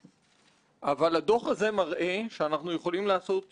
ולכן הדוח הזה הוא תעודת כבוד לכנסת.